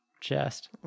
chest